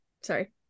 Sorry